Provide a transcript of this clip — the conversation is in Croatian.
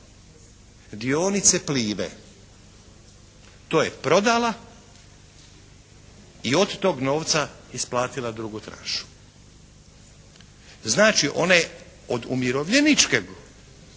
dionice Plive, to je prodala i od tog novca isplatila drugu tranšu. Znači, one od umirovljeničkog